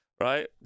Right